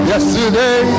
Yesterday